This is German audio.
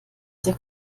der